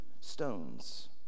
stones